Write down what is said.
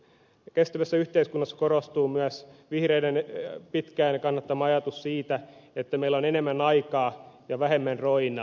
kestävässä yhteiskunnassa korostuu myös vihreiden pitkään kannattama ajatus siitä että meillä on enemmän aikaa ja vähemmän roinaa